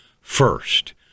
first